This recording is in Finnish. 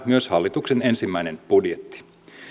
myös hallituksen ensimmäinen budjetti